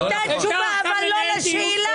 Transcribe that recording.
הייתה תשובה, אבל לא לשאלה.